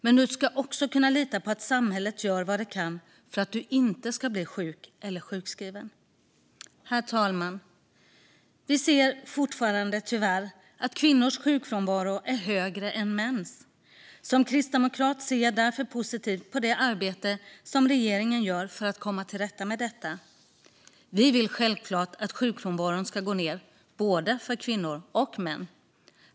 Men du ska också kunna lita på att samhället gör vad det kan för att du inte ska bli sjuk eller sjukskriven. Herr talman! Vi ser tyvärr fortfarande att kvinnors sjukfrånvaro är högre än mäns. Som kristdemokrat ser jag därför positivt på det arbete som regeringen gör för att komma till rätta med detta. Vi vill självklart att sjukfrånvaron ska gå ned för både kvinnor och män.